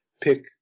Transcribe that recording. pick